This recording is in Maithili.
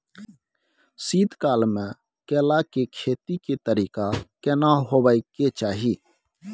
शीत काल म केला के खेती के तरीका केना होबय के चाही?